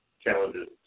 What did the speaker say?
challenges